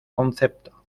concepto